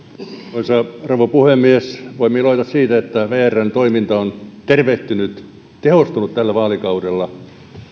arvoisa rouva puhemies voimme iloita siitä että vrn toiminta on tervehtynyt ja tehostunut tällä vaalikaudella ministeri bernerin ollessa ministerinä